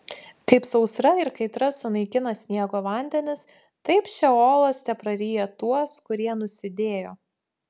kaip sausra ir kaitra sunaikina sniego vandenis taip šeolas tepraryja tuos kurie nusidėjo